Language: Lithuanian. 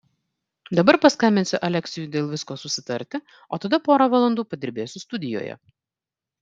dabar paskambinsiu aleksiui dėl visko susitarti o tada porą valandų padirbėsiu studijoje